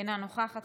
אינה נוכחת,